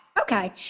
Okay